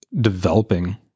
developing